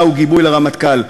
מהו גיבוי לרמטכ"ל,